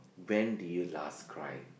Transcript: when did you last cry